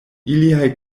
iliaj